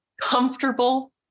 comfortable